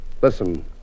Listen